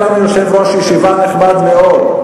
יש לנו יושב-ראש ישיבה נחמד מאוד,